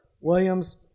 Williams